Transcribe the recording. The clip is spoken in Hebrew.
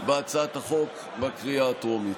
בהצעת החוק בקריאה הטרומית.